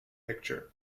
picture